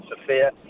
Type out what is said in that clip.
Sofia